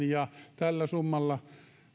ja tällä summalla